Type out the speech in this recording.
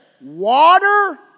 water